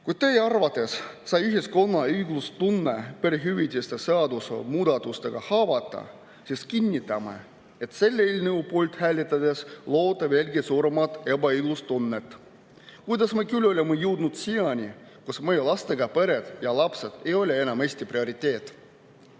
teie arvates sai ühiskonna õiglustunne perehüvitiste seaduse muudatustega haavata, siis kinnitame, et selle eelnõu poolt hääletades loote veelgi suuremat ebaõiglustunnet. Kuidas me küll oleme jõudnud siiani, kus meie lastega pered ja lapsed ei ole enam Eesti prioriteet.